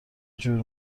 جور